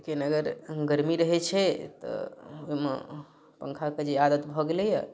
लेकिन अगर गर्मी रहै छै तऽ ओहि मे पंखाके जे आदत भऽ गेलैया